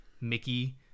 mickey